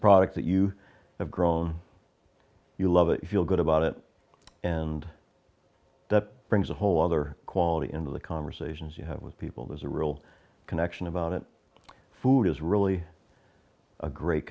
product that you have grown you love it you feel good about it and that brings a whole other quality into the conversations you have with people there's a real connection about it food is really a great